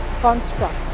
construct